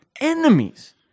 Enemies